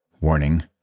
Warning